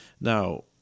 Now